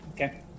Okay